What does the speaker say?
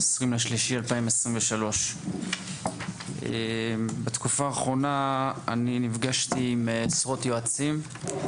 20.3.2023. בתקופה האחרונה נפגשתי עם עשרות יועצים,